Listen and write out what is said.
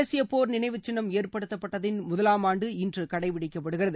தேசிய போர் நினைவுச் சின்னம் ஏற்படுத்தப்பட்டதின் முதலாமாண்டு இன்று கடைபிடிக்கப்படுகிறது